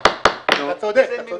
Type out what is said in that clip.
אתה צודק, אתה צודק.